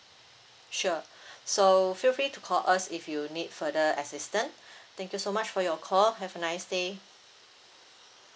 sure so feel free to call us if you need further assistant thank you so much for your call have a nice day